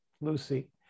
Lucy